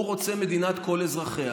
הוא רוצה מדינת כל אזרחיה,